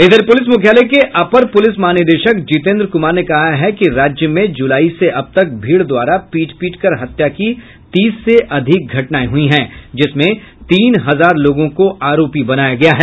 इधर पुलिस मुख्यालय के अपर पुलिस महानिदेशक जितेन्द्र कुमार ने कहा है कि राज्य में जुलाई से अब तक भीड़ द्वारा पीट पीटकर हत्या की तीस से अधिक घटनाएं हुई हैं जिसमें तीन हजार लोगों को आरोपी बनाया गया है